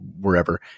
wherever